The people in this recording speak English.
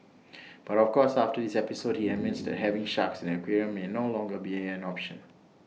but of course after this episode he admits that having sharks in the aquarium may no longer be an option